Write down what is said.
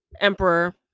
emperor